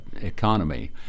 economy